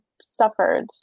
suffered